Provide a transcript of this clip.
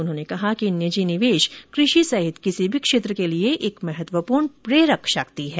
उन्होंने कहा कि निजी निवेश कृषि सहित किसी भी क्षेत्र के लिए एक महत्वपूर्ण प्रेरक शक्ति है